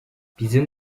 bizim